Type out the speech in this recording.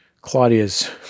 Claudia's